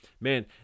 man